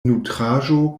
nutraĵo